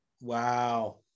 Wow